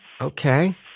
Okay